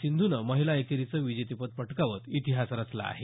सिंधूनं महिला एकेरीचं विजेतेपद पटकावत इतिहास रचला आहे